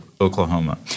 Oklahoma